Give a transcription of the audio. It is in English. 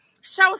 show